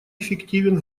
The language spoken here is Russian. эффективен